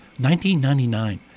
$19.99